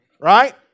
right